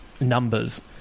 numbers